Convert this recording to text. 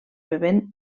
bevent